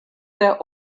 der